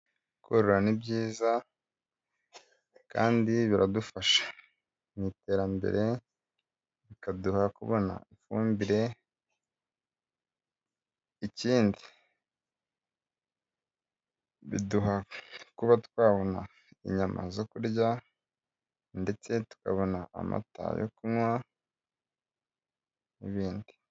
Korora ni byiza kandi biradufasha mu iterambere, bikaduha kubona ifumbire, ikindi biduha kuba twabona inyama zo kurya, ndetse tukabona amata yo kunywa, n'ibindi.